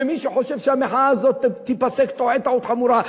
ומי שחושב שהמחאה הזאת תיפסק טועה טעות חמורה.